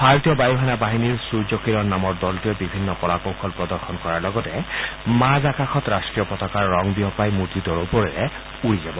ভাৰতীয় বায়ু সেনা বাহিনীৰ সূৰ্যকিৰণ নামৰ দলটোৱে বিভিন্ন কলা কৌশল প্ৰদৰ্শন কৰাৰ লগতে মাজ আকাশত ৰট্টীয় পতাকাৰ ৰং বিয়পাই মূৰ্তিটোৰ ওপৰেৰে উৰি যাব